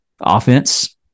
offense